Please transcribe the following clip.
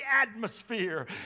atmosphere